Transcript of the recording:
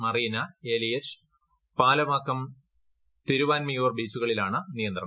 Marina Elliot Palavakkam Thiruvanmiyur ബീച്ചുകളിലാണ് നിയന്ത്രണം